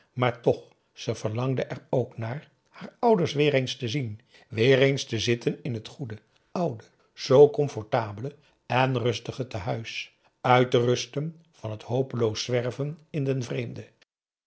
maar toch ze verlangde er ook naar haar ouders eens weêr te zien weêr eens te zitten in het goede oude zoo comfortabele en rustige te huis uit te rusten van het hopeloos zwerven in den vreemde